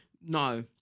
no